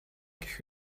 гэх